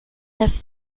neuf